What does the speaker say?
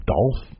Dolph